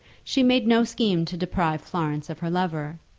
she made no scheme to deprive florence of her lover.